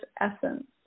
essence